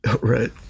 Right